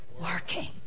working